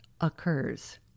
occurs